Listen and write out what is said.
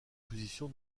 position